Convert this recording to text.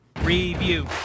Review